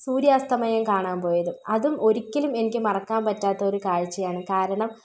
സൂര്യാസ്തമയം കാണാൻ പോയത് അതും ഒരിക്കലും എനിക്ക് മറക്കാൻ പറ്റാത്തൊരു കാഴ്ചയാണ് കാരണം